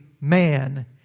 man